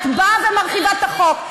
את באה ומרחיבה את החוק.